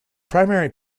primary